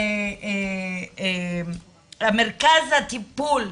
מרכז הטיפול,